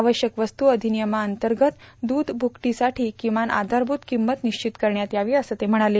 आवश्यक वस्तू अधिनियमांतर्गत दूध भुकटीसाठी किमान आधारभूत किंमत निश्तिच करण्यात यावी असं ते म्हणाले